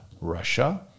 Russia